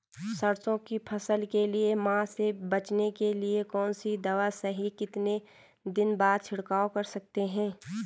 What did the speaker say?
सरसों की फसल के लिए माह से बचने के लिए कौन सी दवा सही है कितने दिन बाद छिड़काव कर सकते हैं?